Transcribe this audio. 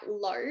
low